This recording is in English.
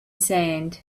sand